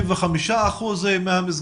85 אחוזים,